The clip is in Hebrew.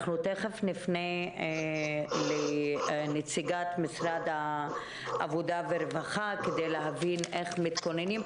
אנחנו תכף נפנה לנציגת משרד העבודה והרווחה כדי להבין איך מתכוננים.